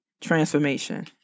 transformation